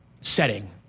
setting